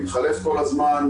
מתחלף כל הזמן,